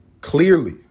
clearly